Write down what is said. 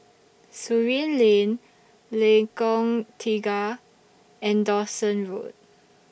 Surin Lane Lengkong Tiga and Dawson Road